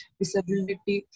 disability